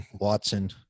Watson